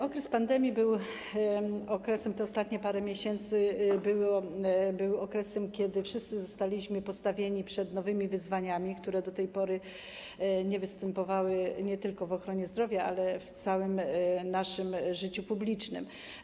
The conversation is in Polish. Okres pandemii, te ostatnie parę miesięcy to był czas, kiedy wszyscy zostaliśmy postawieni przed nowymi wyzwaniami, które do tej pory nie występowały nie tylko w ochronie zdrowia, ale w całym naszym życiu publicznym.